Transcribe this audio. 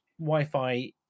Wi-Fi